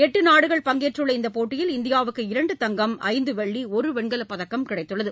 எட்டு நாடுகள் பங்கேற்றுள்ள இந்தப் போட்டியில் இந்தியாவுக்கு இரண்டு தங்கம் ஐந்து வெள்ளி ஒரு வெண்கலப் பதக்கம் கிடைத்துள்ளது